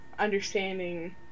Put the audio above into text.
Understanding